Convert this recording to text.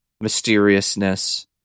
mysteriousness